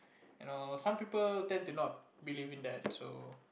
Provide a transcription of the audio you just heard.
you know some people tend to not believe in that so